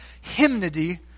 hymnody